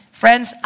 friends